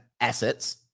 assets